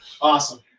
Awesome